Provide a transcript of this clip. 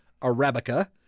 Arabica